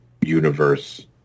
universe